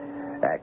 Act